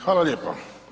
Hvala lijepo.